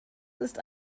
ist